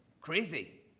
Crazy